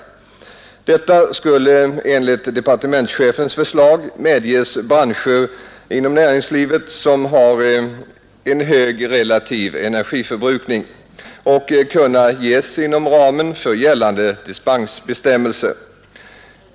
Sådan befrielse skulle enligt departementschefens förslag medges branscher inom näringslivet vilka har en hög relativ energiförbrukning och kunna ges inom ramen för gällande dispensbestämmelser.